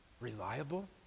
reliable